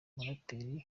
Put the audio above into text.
muraperi